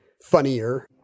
funnier